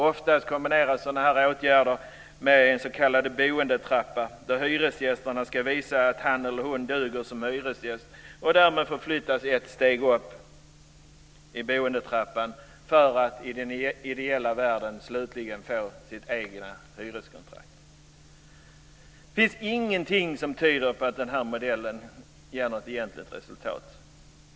Oftast kombineras sådana här åtgärder med en s.k. boendetrappa, där hyresgästen ska visa att han eller hon duger som hyresgäst och därmed få flyttas ett steg upp i boendetrappan för att, i den ideala världen, slutligen få sitt eget hyreskontrakt. Det finns ingenting som tyder på att den här modellen ger något egentligt resultat.